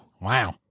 Wow